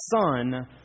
son